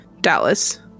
Dallas